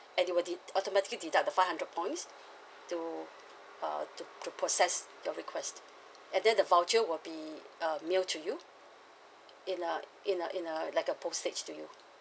and it will de~ automatically deduct the five hundred points to uh to to process your request and then the voucher will be um mail to you in a in a in a like a postage to you